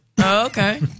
Okay